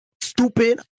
Stupid